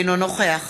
אינו נוכח